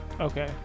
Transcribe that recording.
Okay